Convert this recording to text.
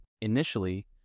initially